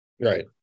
Right